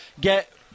get